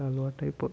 బాగా అలవాటైపోతుంది